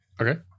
okay